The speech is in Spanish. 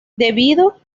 debido